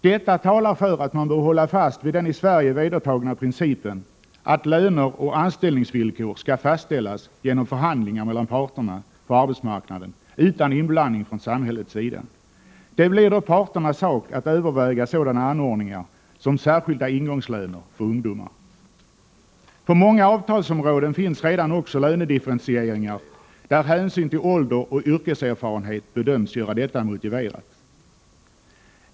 Detta talar för att man bör hålla fast vid den i Sverige vedertagna principen att löner och anställningsvillkor skall fastställas genom förhandlingar mellan parterna på arbetsmarknaden utan inblandning från samhällets sida. Det blir då parternas sak att överväga sådana anordningar som särskilda ingångslöner för ungdomar. På många avtalsområden finns redan också lönedifferentieringar när hänsyn till ålder och yrkeserfarenhet bedöms göra detta motiverat.